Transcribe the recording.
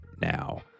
now